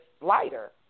lighter